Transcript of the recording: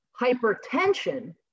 Hypertension